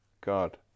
God